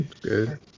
Good